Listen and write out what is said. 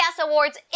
Awards